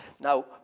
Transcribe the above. Now